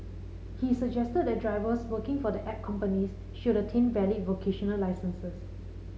he suggested that drivers working for the app companies should attain valid vocational licences